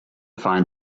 find